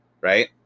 right